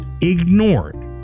ignored